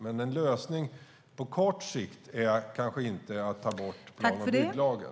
Men en lösning på kort sikt är kanske inte att ta bort plan och bygglagen.